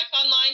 online